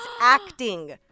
acting